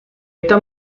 esta